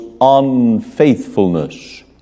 unfaithfulness